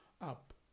up